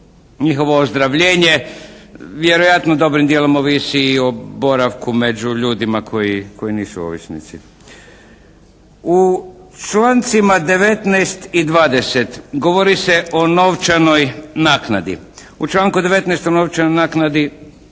njihovo ozdravljenje vjerojatno dobrim dijelom ovisi i o boravku među ljudima koji nisu ovisnici. U člancima 19. i 20. govori se o novčanoj naknadi. U članku 19. o novčanoj naknadi